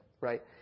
right